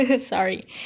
sorry